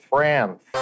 France